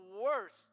worst